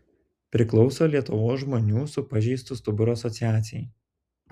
priklauso lietuvos žmonių su pažeistu stuburu asociacijai